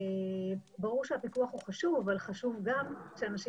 ברור שהפיקוח הוא חשוב אבל חשוב גם שאנשים